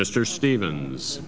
mr stevens